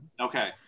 Okay